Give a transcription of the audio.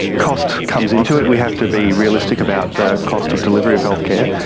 cost comes into it. we have to be realistic about the cost of delivery of healthcare,